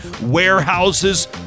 warehouses